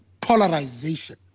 polarization